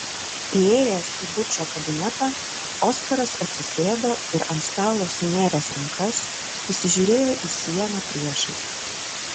įėjęs į bučo kabinetą oskaras atsisėdo ir ant stalo sunėręs rankas įsižiūrėjo į sieną priešais